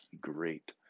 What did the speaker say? Great